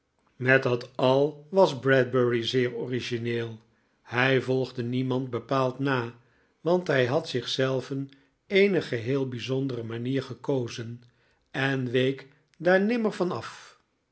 met dat al was bradbury zeer origineel hij volgde niemand bepaald na want hij had zich zelven eene geheel bizondere manier gekozen en week daar nimmer van